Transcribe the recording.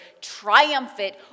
triumphant